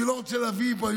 אני לא רוצה להביא לפה,